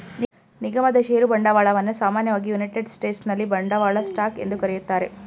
ನಿಗಮದ ಷೇರು ಬಂಡವಾಳವನ್ನ ಸಾಮಾನ್ಯವಾಗಿ ಯುನೈಟೆಡ್ ಸ್ಟೇಟ್ಸ್ನಲ್ಲಿ ಬಂಡವಾಳ ಸ್ಟಾಕ್ ಎಂದು ಕರೆಯುತ್ತಾರೆ